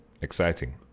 Exciting